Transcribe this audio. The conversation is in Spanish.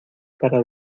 para